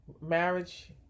marriage